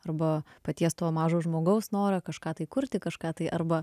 arba paties to mažo žmogaus norą kažką tai kurti kažką tai arba